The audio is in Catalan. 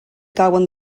cauen